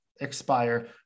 expire